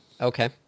Okay